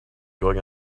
going